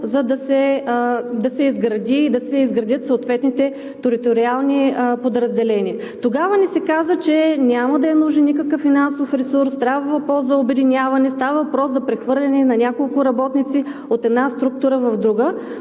средства, за да се изградят съответните териториални подразделения. Тогава ни се каза, че няма да е нужен никакъв финансов ресурс, а става въпрос за обединяване, става въпрос за прехвърляне на няколко работници от една структура в друга,